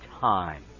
time